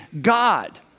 God